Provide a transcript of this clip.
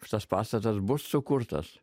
šitas pastatas bus sukurtas